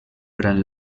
gran